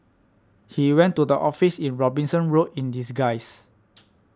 he went to the office in Robinson Road in disguise